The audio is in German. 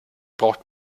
braucht